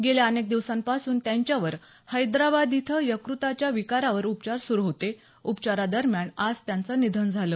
गेल्या अनेक दिवसांपासून त्यांच्यावर हैदराबाद इथं यकृताच्या विकारावर उपचार सुरू होते उपचारादरम्यान आज त्यांचं निधन झालं